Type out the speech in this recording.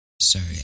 Sorry